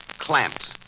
Clamps